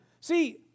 See